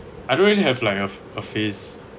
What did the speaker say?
I don't really have like a f~ a face